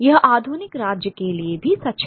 यह आधुनिक राज्य के लिए भी सच है